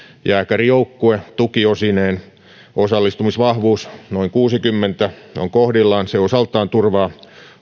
jääkärijoukkue tukiosineen osallistumisvahvuus noin kuusikymmentä on kohdillaan se osaltaan turvaa